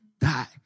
die